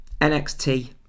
NXT